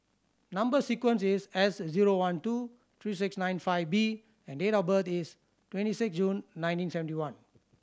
number sequence is S zero one two three six nine five B and date of birth is twenty six June nineteen seventy one